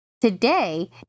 Today